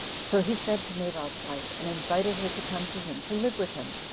so he sent to nabal's wife, and invited her to come to him, to live with him,